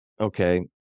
okay